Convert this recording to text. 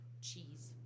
Cheese